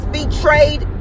betrayed